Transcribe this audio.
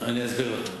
אני אסביר לך.